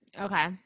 Okay